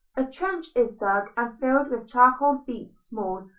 a trench is dug and filled with charcoal beat small,